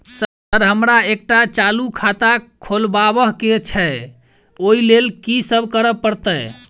Sir हमरा एकटा चालू खाता खोलबाबह केँ छै ओई लेल की सब करऽ परतै?